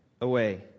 away